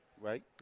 right